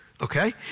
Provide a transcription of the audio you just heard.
okay